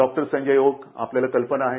doctor Sanjay Oak आपल्याला कल्पना आहे